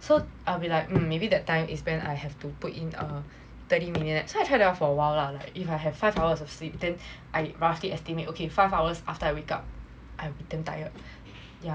so I'll be like mm maybe that time is when I have to put in err thirty minutes so I there for awhile lah like if I have five hours of sleep then I roughly estimate okay five hours after I wake up I'll be damn tired